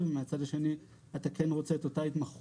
שמהצד האחד אתה לא רוצה לייצר מתח רגולטורי ומהצד השני